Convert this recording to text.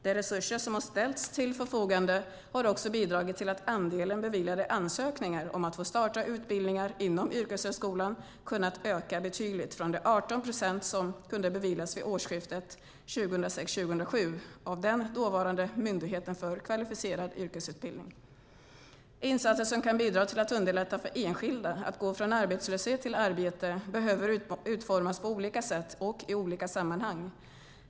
De resurser som har ställts till förfogande har också bidragit till att andelen beviljade ansökningar om att få starta utbildningar inom yrkeshögskolan kunnat öka betydligt från de 18 procent som kunde beviljas vid årsskiftet 2006/07 av den dåvarande Myndigheten för kvalificerad yrkesutbildning. Insatser som kan bidra till att underlätta för enskilda att gå från arbetslöshet till arbete behöver utformas på olika sätt och i olika sammanhang.